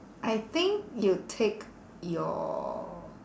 I think you take your